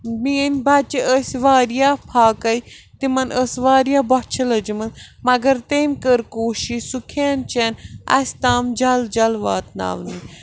میٛٲنۍ بچہٕ ٲسۍ وارِیاہ پھاکَے تِمن ٲس وارِیاہ بۄچھٕ لٔجمٕژ مگر تٔمۍ کٔر کوٗشِش سُہ کھٮ۪ن چٮ۪ن اَسہِ تام جل جل واتناونٕے